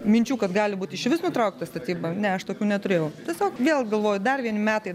minčių kad gali būti išvis nutraukta statyba ne aš tokių neturėjau tiesiog vėl galvoju dar vieni metai